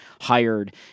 hired